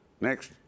Next